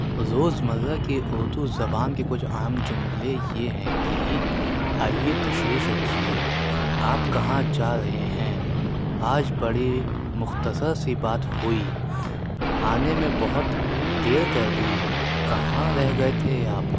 روزمرہ کی اُردو زبان کے کچھ اہم جملے یہ ہیں کہ آئیے تشریف رکیے آپ کہاں جا رہے ہیں آج بڑی مختصر سی بات ہوئی آنے میں بہت دیر کر دی کہاں رہ گئے تھے آپ